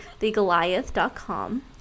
thegoliath.com